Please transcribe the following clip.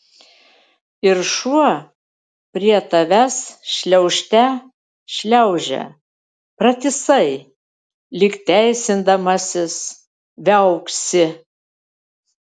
ir šuo prie tavęs šliaužte šliaužia pratisai lyg teisindamasis viauksi